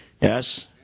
yes